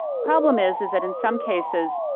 problem is, is that in some cases,